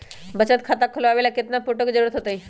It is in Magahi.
बचत खाता खोलबाबे ला केतना फोटो के जरूरत होतई?